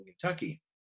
Kentucky